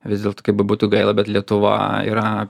vis dėlto kaip bebūtų gaila bet lietuva yra